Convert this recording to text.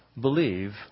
believe